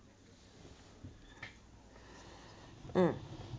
mm